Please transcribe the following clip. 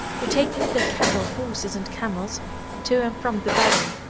were taking their cattle, horses, and camels to and from the valley,